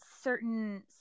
certain